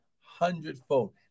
Hundredfold